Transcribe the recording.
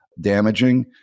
damaging